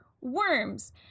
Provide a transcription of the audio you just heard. worms